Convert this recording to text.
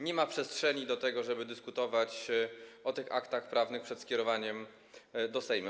Nie ma przestrzeni do tego, żeby dyskutować o tych aktach prawnych przed skierowaniem ich do Sejmu.